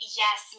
yes